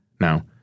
Now